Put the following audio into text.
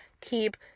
Keep